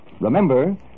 Remember